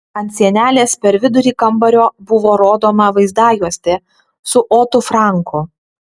ant sienelės per vidurį kambario buvo rodoma vaizdajuostė su otu franku